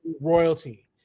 royalty